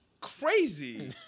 crazy